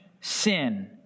sin